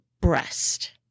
breast